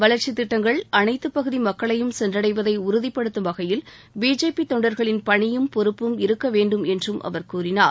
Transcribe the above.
வளர்ச்சித் திட்டங்கள் அனைத்துப் பகுதி மக்களையும் சென்றடைவதை உறுதிப்படுத்தும் வகையில் பிஜேபி தொண்டர்களின் பணியும் பொறுப்பும் இருக்க வேண்டும் என்றும் அவர் கூறினார்